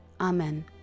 Amen